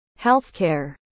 healthcare